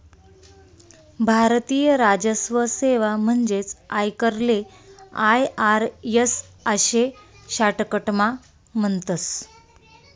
भारतीय राजस्व सेवा म्हणजेच आयकरले आय.आर.एस आशे शाटकटमा म्हणतस